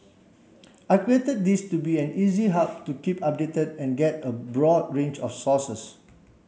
I created this to be an easy hub to keep updated and get a broad range of sources